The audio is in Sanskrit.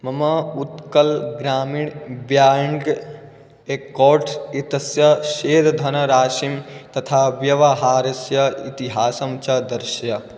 मम उत्कल ग्रामीण ब्याङ्क् एक्कौट्स् एतस्य शेरधनराशिं तथा व्यवहारस्य इतिहासं च दर्शय